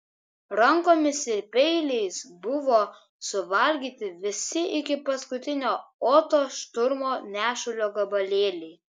rankomis ir peiliais buvo suvalgyti visi iki paskutinio oto šturmo nešulio gabalėliai